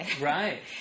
Right